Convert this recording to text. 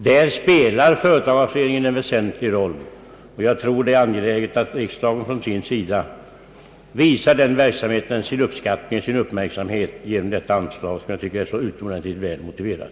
Företagareföreningen spelar ju en väsentlig roll, och jag tror att det är angeläget att riksdagen visar den verksamhet som föreningen bedrivit sin uppskattning och sin uppmärksamhet genom att bevilja detta bidrag som jag tycker är så utomordentligt väl motiverat.